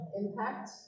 impact